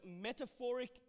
metaphoric